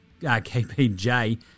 KPJ